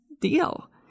deal